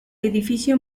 edificio